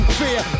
fear